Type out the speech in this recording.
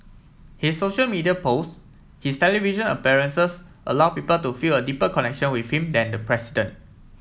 his social media post his television appearances allow people to feel a deeper connection with him than the president